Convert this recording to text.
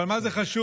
אבל מה זה חשוב?